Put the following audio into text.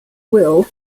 will